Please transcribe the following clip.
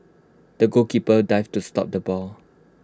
the goalkeeper dived to stop the ball